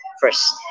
first